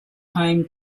home